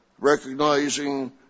recognizing